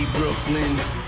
Brooklyn